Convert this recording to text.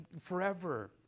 forever